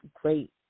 great